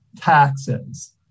Taxes